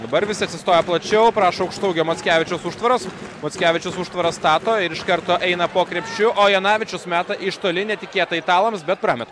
dabar vis atsistoja plačiau prašo aukštaūgio mockevičiaus užtvaros mockevičius užtvarą stato ir iš karto eina po krepšiu o jonavičius meta iš toli netikėtai italams bet prameta